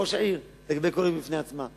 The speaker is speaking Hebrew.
וראש העיר לגבי כל עיר בפני עצמה.